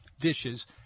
dishes